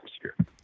atmosphere